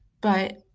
But-